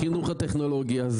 חינוך הטכנולוגיה.